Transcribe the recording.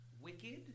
Wicked